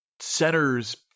centers